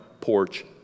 porch